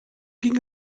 ging